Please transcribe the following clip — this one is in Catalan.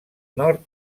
nord